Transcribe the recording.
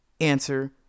answer